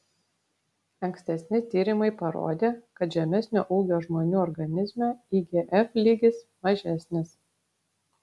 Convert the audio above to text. ankstesni tyrimai parodė kad žemesnio ūgio žmonių organizme igf lygis mažesnis